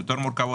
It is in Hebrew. יש יותר מורכבות.